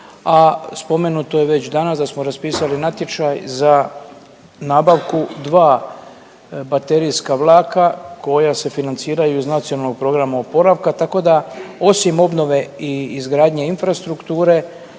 a spomenuto je već danas da smo raspisali natječaj za nabavku 2 baterijska vlaka koja se financiraju iz Nacionalnog programa oporavka. Tako da osim obnove i izgradnje infrastrukture